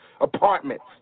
apartments